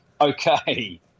Okay